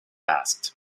asked